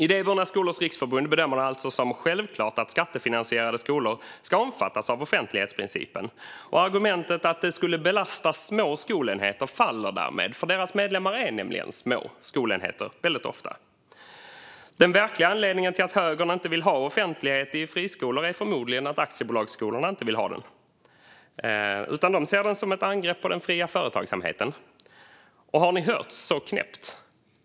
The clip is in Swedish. Idéburna skolors riksförbund bedömer det alltså som självklart att skattefinansierade skolor ska omfattas av offentlighetsprincipen. Argumentet att det skulle belasta små skolenheter faller därmed, för deras medlemmar är väldigt ofta små skolenheter. Den verkliga anledningen till att högern inte vill ha offentlighet i friskolor är förmodligen att aktiebolagsskolorna inte vill ha den utan ser den som ett angrepp på den fria företagsamheten. Har ni hört något så knäppt?